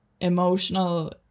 emotional